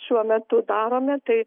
šiuo metu darome tai